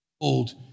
old